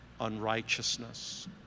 unrighteousness